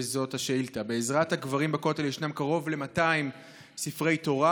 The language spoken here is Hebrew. וזאת השאילתה: בעזרת הגברים בכותל יש קרוב ל-200 ספרי תורה.